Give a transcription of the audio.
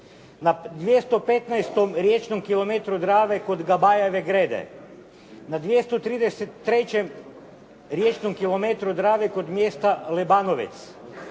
na 215. riječnom kilometru Drave kod Gabajeve grede na 233. riječnom kilometru Drave kod mjesta Lebanovec,